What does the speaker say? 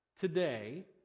today